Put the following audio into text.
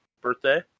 birthday